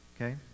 Okay